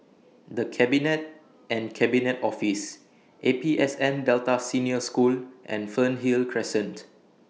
The Cabinet and Cabinet Office A P S N Delta Senior School and Fernhill Crescent